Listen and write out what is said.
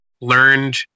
learned